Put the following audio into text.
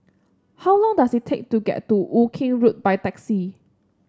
how long does it take to get to Woking Road by taxi